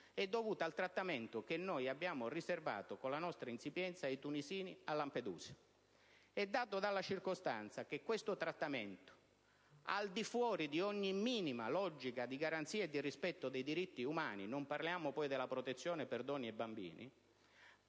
è dovuto al trattamento che noi abbiamo riservato con la nostra insipienza ai tunisini a Lampedusa e alla circostanza che questo trattamento, al di fuori di ogni minima logica di garanzie e di rispetto dei diritti umani - non parliamo poi della protezione per donne e bambini